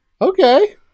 Okay